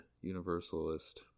Universalist